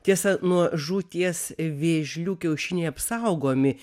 tiesa nuo žūties vėžlių kiaušiniai apsaugomi